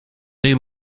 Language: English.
they